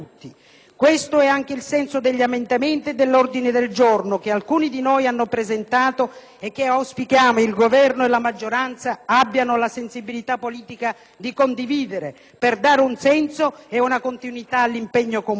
Questo è anche il senso degli emendamenti e dell'ordine del giorno che alcuni di noi hanno presentato e che auspichiamo il Governo e la maggioranza abbiano la sensibilità politica di condividere, per dare un senso e una continuità all'impegno comune.